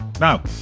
Now